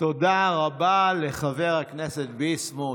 תודה רבה לחבר הכנסת ביסמוט.